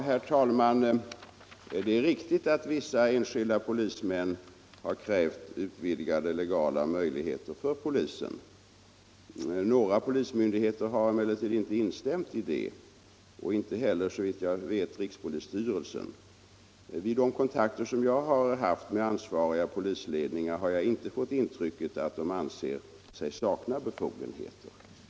Herr talman! Det är riktigt att vissa enskilda polismän har krävt utvidgade legala möjligheter för polisen. Några polismyndigheter har emellertid inte instämt i det, inte heller såvitt jag vet rikspolisstyrelsen. Vid de kontakter som jag haft med ansvariga polisledningar har jag inte fått intrycket att de anser sig sakna befogenheter.